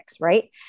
right